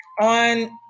on